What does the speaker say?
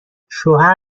شوهر